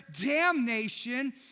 damnation